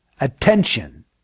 attention